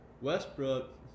Westbrook